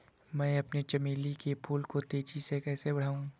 मैं अपने चमेली के फूल को तेजी से कैसे बढाऊं?